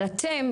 אבל אתם,